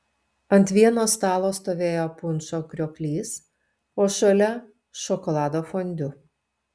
ant vieno stalo stovėjo punšo krioklys o šalia šokolado fondiu